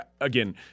again